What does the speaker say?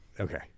Okay